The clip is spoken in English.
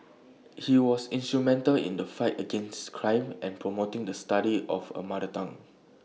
he was instrumental in the fight against crime and promoting the study of A mother tongue